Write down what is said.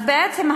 אז בעצם,